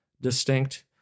distinct